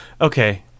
Okay